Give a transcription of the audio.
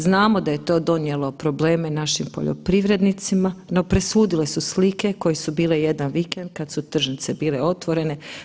Znamo da je to donijelo probleme našim poljoprivrednicima no presudile su slike koje su bile jedan vikend kada su tržnice bile otvorene.